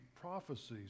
prophecies